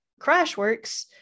CrashWorks